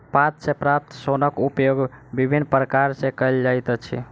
पात सॅ प्राप्त सोनक उपयोग विभिन्न प्रकार सॅ कयल जाइत अछि